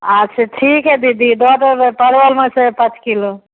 अच्छा ठीक हइ दीदी दऽ देबै परवलमे सँ पाँच किलो